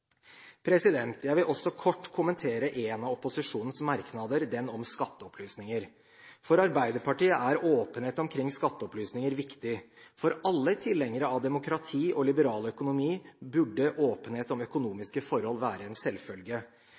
seg. Jeg vil også kort kommentere en av opposisjonens merknader – den om skatteopplysninger: For Arbeiderpartiet er åpenhet omkring skatteopplysninger viktig. For alle tilhengere av demokrati og liberal økonomi burde åpenhet om økonomiske forhold være en selvfølge.